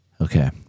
Okay